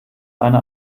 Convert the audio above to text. eine